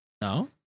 No